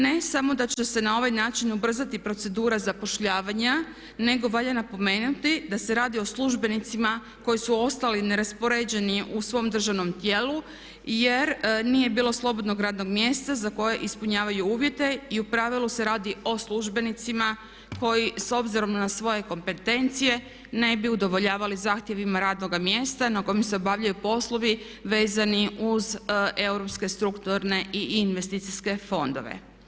Ne samo da će se na ovaj način ubrzati procedura zapošljavanja nego valja napomenuti da se radi o službenicima koji su ostali neraspoređeni u svom državnom tijelu jer nije bilo slobodnog radnog mjesta za koje ispunjavaju uvjete i u pravilu se radi o službenicima koji s obzirom na svoje kompetencije ne bi udovoljavali zahtjevima radnoga mjesta na kojem se obavljaju poslovi vezani uz europske strukturne i investicijske fondove.